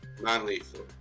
Non-lethal